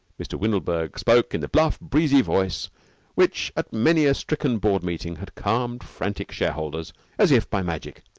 mr. windlebird spoke in the bluff, breezy voice which at many a stricken board-meeting had calmed frantic shareholders as if by magic.